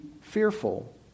fearful